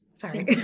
Sorry